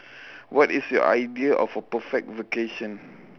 what is your idea of a perfect vacation